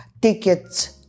tickets